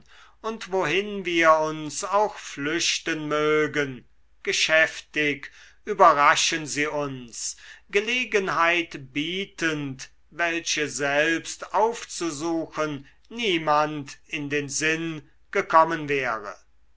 und wohin wir uns auch flüchten mögen geschäftig überraschen sie uns gelegenheit bietend welche selbst aufzusuchen niemand in den sinn gekommen wäre